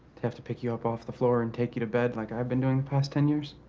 to have to pick you up off the floor and take you to bed like i've been doing the past ten years?